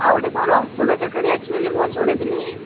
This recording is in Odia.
ଆଉ ଗୋଟେ କ'ଣ ରସୁଣ ଚଟଣୀ ଅଛି ବୋଲି ମୁଁ ଶୁଣିଥିଲି